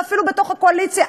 ואפילו בתוך הקואליציה,